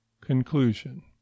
Conclusion